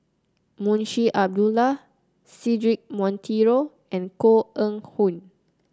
Munshi Abdullah Cedric Monteiro and Koh Eng Hoon